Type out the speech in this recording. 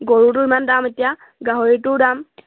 গৰুটো ইমান দাম এতিয়া গাহৰিটো দাম